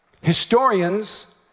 historians